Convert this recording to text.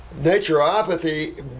Naturopathy